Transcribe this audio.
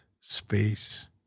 space